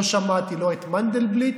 לא שמעתי את מנדלבליט,